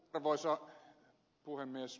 arvoisa puhemies